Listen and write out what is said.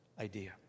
idea